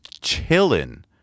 chilling